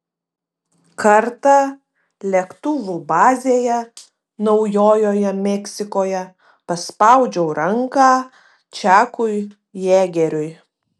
kartą lėktuvų bazėje naujojoje meksikoje paspaudžiau ranką čakui jėgeriui